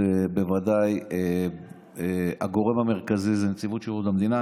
בוודאי הגורם המרכזי זה נציבות שירות המדינה.